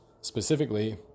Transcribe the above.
specifically